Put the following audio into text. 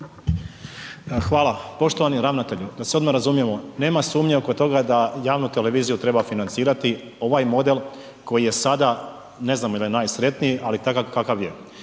Hvala. Poštovani ravnatelju da se odmah razumijemo nema sumnje oko toga da javnu televiziju treba financirati ovaj model koji je sada, ne znam jel najsretniji, ali je takav kakav je.